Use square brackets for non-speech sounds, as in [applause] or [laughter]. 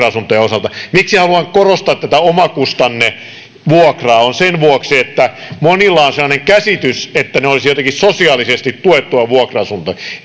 [unintelligible] asuntojen osalta miksi haluan korostaa tätä omakustannevuokraa sen vuoksi että monilla on sellainen käsitys että ne olisivat jotenkin sosiaalisesti tuettuja vuokra asuntoja